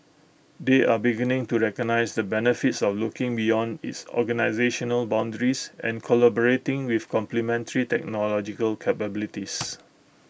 they are beginning to recognise the benefits of looking beyond its organisational boundaries and collaborating with complementary technological capabilities